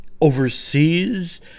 overseas